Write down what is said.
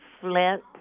Flint